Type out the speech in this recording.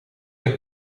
heb